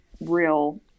real